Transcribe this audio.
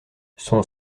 son